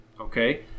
Okay